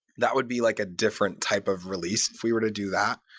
that would be like a different type of release if we were to do that.